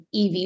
EV